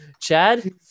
Chad